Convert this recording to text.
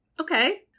Okay